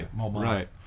Right